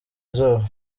izuba